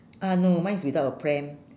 ah no mine is without a pram